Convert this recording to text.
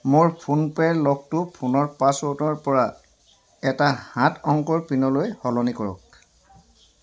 মোৰ ফোনপে'ৰ লকটো ফোনৰ পাছৱৰ্ডৰপৰা এটা সাত অংকৰ পিনলৈ সলনি কৰক